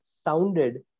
sounded